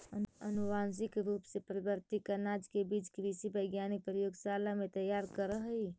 अनुवांशिक रूप से परिवर्तित अनाज के बीज कृषि वैज्ञानिक प्रयोगशाला में तैयार करऽ हई